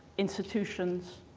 institutions,